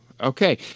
Okay